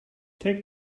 take